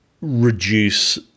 reduce